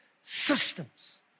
systems